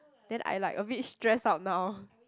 then I like a bit stress out now